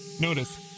Notice